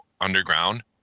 underground